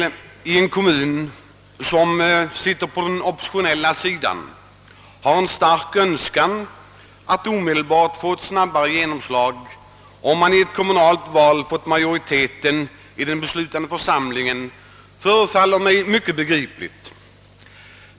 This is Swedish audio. Att man på oppositionssidan i en kommun har en stark önskan om ett snabbare genomslag, när man i ett kommunalval fått majoritet i den beslutande församlingen, förefaller mig högst förståeligt.